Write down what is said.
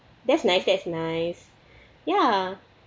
that's nice that's nice yeah